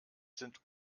sind